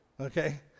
okay